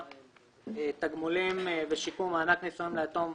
(תגמולים ושיקום)(מענק נישואין ליתום),